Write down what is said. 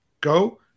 go